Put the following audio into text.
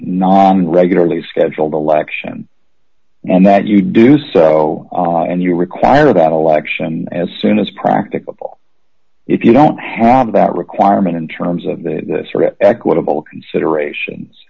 a regularly scheduled election and that you do so and you require that election as soon as practicable if you don't have that requirement in terms of the sort of equitable considerations